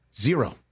Zero